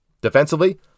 Defensively